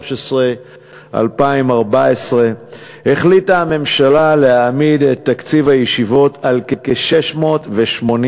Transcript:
2014 החליטה הממשלה להעמיד את תקציב הישיבות על כ-680